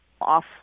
off